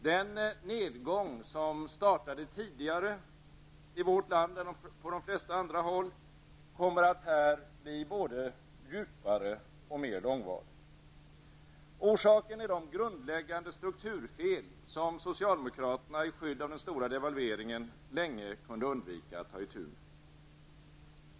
Den nedgång som startade tidigare i vårt land än på de flesta andra håll kommer här att bli både djupare och mer långvarig. Orsaken är de grundläggande strukturfel som socialdemokraterna i skydd av den stora devalveringen länge kunde undvika att ta itu med.